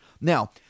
Now